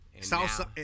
South